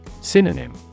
Synonym